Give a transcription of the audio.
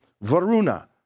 Varuna